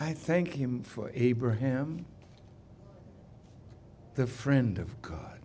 i thank him for abraham the friend of god